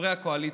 חברי הקואליציה,